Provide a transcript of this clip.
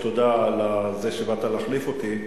תודה שבאת להחליף אותי.